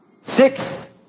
Six